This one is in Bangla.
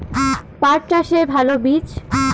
পাঠ চাষের ভালো বীজ?